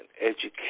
education